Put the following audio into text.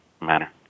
manner